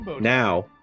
Now